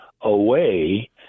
away